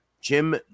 Jim